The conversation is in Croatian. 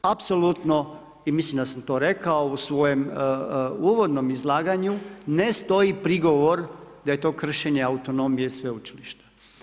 Apsolutno, i mislim da sam to rekao u svojem uvodnom izlaganju, ne stoji prigovor da je to kršenje autonomije sveučilišta.